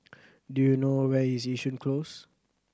do you know where is Yishun Close